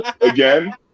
again